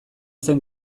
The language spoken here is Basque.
zen